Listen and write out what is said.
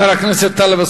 מה זה מדאיג אותך?